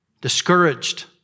discouraged